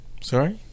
Sorry